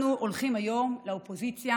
אנחנו הולכים היום לאופוזיציה